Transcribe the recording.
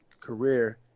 career